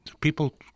people